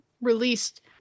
released